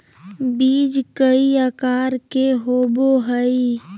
बीज कई आकार के होबो हइ